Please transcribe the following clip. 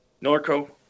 Norco